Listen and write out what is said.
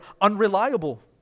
unreliable